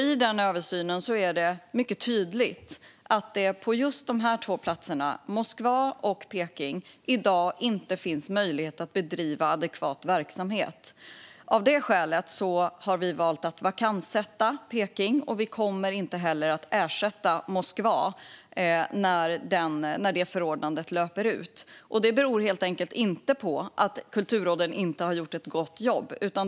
I översynen är det mycket tydligt att det på just dessa två platser - Moskva och Peking - i dag inte finns möjlighet att bedriva adekvat verksamhet. Av det skälet har vi valt att vakanssätta tjänsten i Peking, och vi kommer inte heller att ersätta kulturrådet i Moskva när det förordnandet löper ut. Detta beror inte på att kulturråden inte har gjort ett gott jobb.